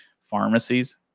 pharmacies